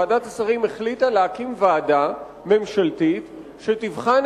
ועדת השרים החליטה להקים ועדה ממשלתית שתבחן